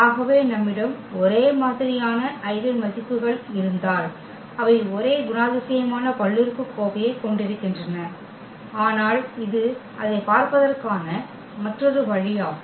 ஆகவே நம்மிடம் ஒரே மாதிரியான ஐகென் மதிப்புகள் இருந்தால் அவை ஒரே குணாதிசயமான பல்லுறுப்புக்கோவையைக் கொண்டிருக்கின்றன ஆனால் இது அதைப் பார்ப்பதற்கான மற்றொரு வழி ஆகும்